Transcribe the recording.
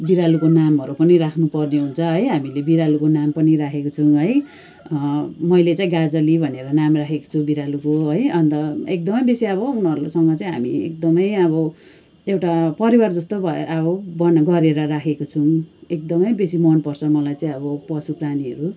बिरालोको नामहरू पनि राख्नुपर्ने हुन्छ हामीले है बिरालोको नाम पनि राखेको छौँ है मैले चाहिँ गाजली भनेर नाम राखेको छु बिरालोको है अन्त एकदमै बेसी अब उनीहरूसँग चाहिँ हामी एकदमै अब एउटा परिवार जस्तो भएर अब भन गरेर राखेको छौँ एकदमै बेसी मनपर्छ मलाई चाहिँ अब पशुप्राणीहरू